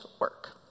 work